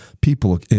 people